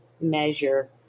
measure